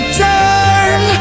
turn